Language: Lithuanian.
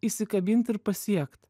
įsikabint ir pasiekt